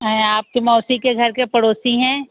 अएं आपके मौसी के घर के पड़ोसी हैं